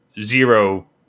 zero